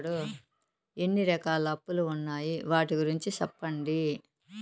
ఎన్ని రకాల అప్పులు ఉన్నాయి? వాటి గురించి సెప్పండి?